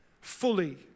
fully